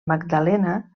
magdalena